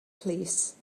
plîs